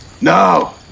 No